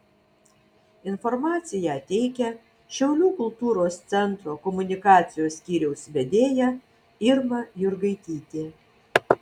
informaciją teikia šiaulių kultūros centro komunikacijos skyriaus vedėja irma jurgaitytė